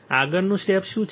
આગળનું સ્ટેપ શું છે